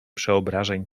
przeobrażeń